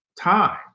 time